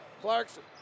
Clarkson